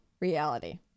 reality